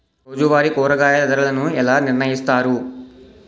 రోజువారి కూరగాయల ధరలను ఎలా నిర్ణయిస్తారు?